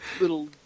little